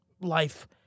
life